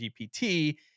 gpt